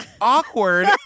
Awkward